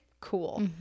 Cool